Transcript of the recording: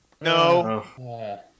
No